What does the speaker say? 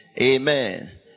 amen